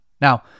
Now